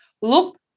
look